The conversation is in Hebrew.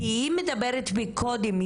כי היא מדברת בקודים,